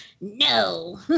no